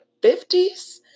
50s